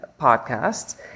podcast